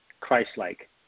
Christ-like